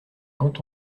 quand